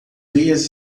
veias